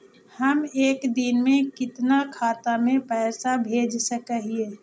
हम एक दिन में कितना खाता में पैसा भेज सक हिय?